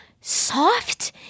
soft